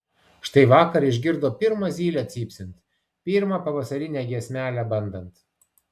štai vakar išgirdo pirmą zylę cypsint pirmą pavasarinę giesmelę bandant